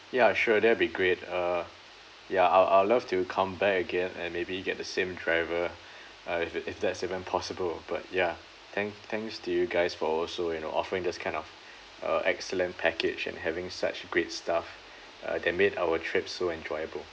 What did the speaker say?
ya sure that'll be great uh ya I'll I'll love to come back again and maybe get the same driver uh if if that's even possible but ya thank thanks to you guys for also you know offering this kind of uh excellent package and having such great staff uh that made our trip so enjoyable